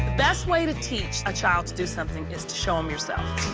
best way to teach a child to do something is to show them yourself.